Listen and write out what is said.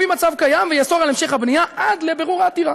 מצב קיים ויאסור את המשך הבנייה עד לבירור העתירה,